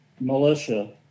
militia